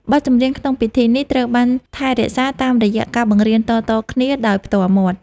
បទចម្រៀងក្នុងពិធីនេះ ត្រូវបានថែរក្សាតាមរយៈការបង្រៀនតៗគ្នាដោយផ្ទាល់មាត់។